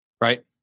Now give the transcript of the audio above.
Right